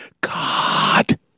God